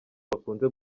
bakunze